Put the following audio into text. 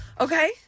Okay